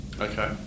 Okay